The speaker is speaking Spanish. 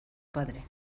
padre